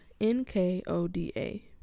N-K-O-D-A